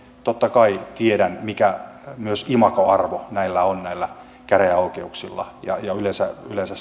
totta kai tiedän mikä imagoarvo näillä käräjäoikeuksilla myös on yleensä